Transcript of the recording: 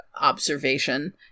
observation